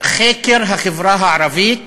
לחקר החברה הערבית,